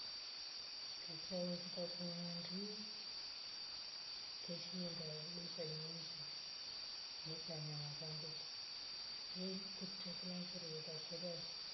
Kachao ngiki kwa hundi keshinde besa nyingi nika kanyama kanguku wei kutre kila mfiri weka kulyafo